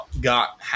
got